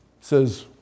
says